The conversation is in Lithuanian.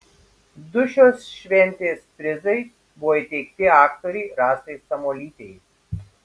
du šios šventės prizai buvo įteikti aktorei rasai samuolytei